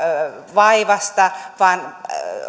vaivasta vaan